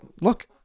look